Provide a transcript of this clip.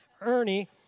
Ernie